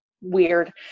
weird